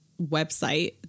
website